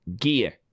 Gear